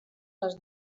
les